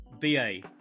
B-A